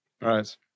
right